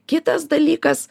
kitas dalykas